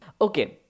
Okay